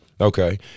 Okay